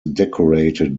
decorated